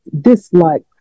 dislike